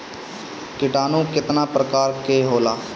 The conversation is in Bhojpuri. किटानु केतना प्रकार के होला?